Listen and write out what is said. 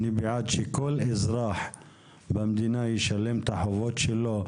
אני בעד שכל אזרח במדינה ישלם את החובות שלו,